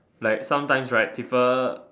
like sometimes right people